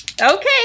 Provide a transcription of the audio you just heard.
Okay